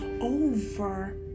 over